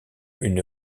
une